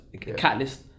catalyst